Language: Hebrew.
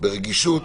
ברגישות